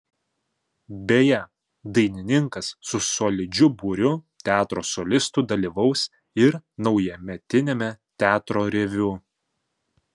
beje dainininkas su solidžiu būriu teatro solistų dalyvaus ir naujametiniame teatro reviu